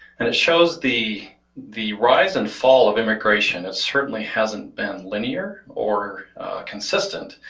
and it shows the the rise and fall of immigration. it certainly hasn't been linear or consistent.